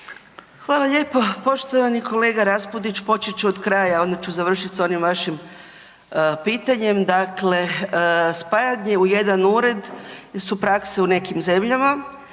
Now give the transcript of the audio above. Hvala lijepo poštovani kolega Raspudić. Počet ću od kraja onda ću završiti s onim vašim pitanjem, dakle spajanje u jedan Ured su prakse u nekim zemljama,